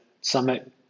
summit